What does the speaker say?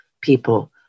people